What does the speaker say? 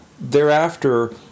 thereafter